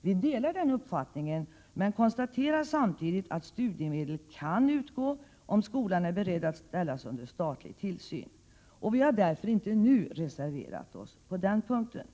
Vi delar den uppfattningen men konstaterar samtidigt att studiemedel kan utgå, om skolan är beredd att ställas under statlig tillsyn. Vi har därför inte nu reserverat oss på den punkten.